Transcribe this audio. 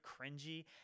cringy